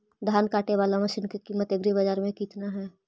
धान काटे बाला मशिन के किमत एग्रीबाजार मे कितना है?